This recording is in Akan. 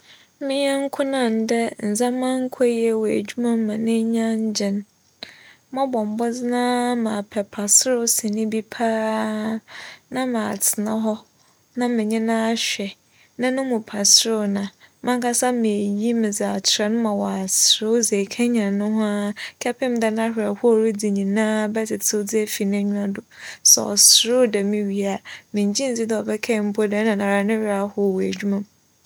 Me nyɛnko no a ndɛ ndzɛmba annkͻ yie wͻ edwuma mu ma n'enyi anngye no, mobͻbͻ mbͻdzen ara m'apɛ paserew sene bi paa na matsena hͻ menye no ahwɛ na no mu paserew no manakasa m'eyiyi dze akyerɛ no ma w'aserew dze ekenyan no ho kɛpem dɛ n'awerɛhow a oridzi no nyinara bɛtsetsew dze efi n'enyiwa do. Sɛ ͻserew dɛm wie a, menngye nndzi dɛ ͻbɛkae dɛ nna no werɛ ahow wͻ edwuma mu.